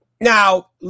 Now